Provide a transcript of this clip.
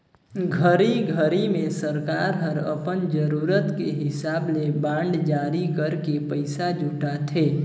घरी घरी मे सरकार हर अपन जरूरत के हिसाब ले बांड जारी करके पइसा जुटाथे